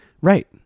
Right